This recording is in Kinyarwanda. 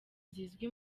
zizwi